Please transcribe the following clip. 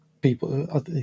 people